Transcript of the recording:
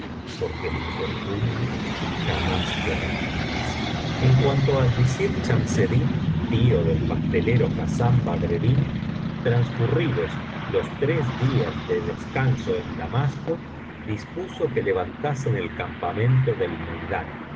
porque el infortunio jamás te hará justicia en cuanto al visir chamseddin tío del pastelero hassán badreddin transcurridos los tres días de descanso en damasco dispuso que levantasen el campamento del